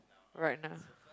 right now